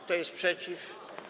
Kto jest przeciw?